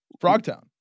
Frogtown